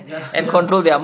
ya ya